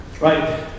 Right